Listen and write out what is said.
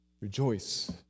Rejoice